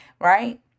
right